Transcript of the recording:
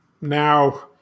now